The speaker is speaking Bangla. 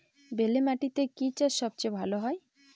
বেলে মাটিতে কি চাষ সবচেয়ে ভালো হয়?